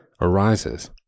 arises